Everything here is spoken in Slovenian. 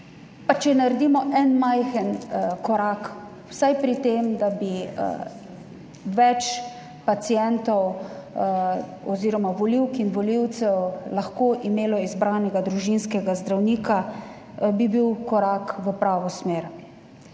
Če naredimo en majhen korak vsaj pri tem, da bi več pacientov oziroma volivk in volivcev lahko imelo izbranega družinskega zdravnika bi bil korak v pravo smer.